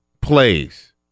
plays